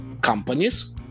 companies